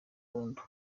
burundu